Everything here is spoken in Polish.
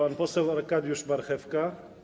Pan poseł Arkadiusz Marchewka.